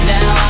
Now